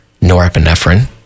norepinephrine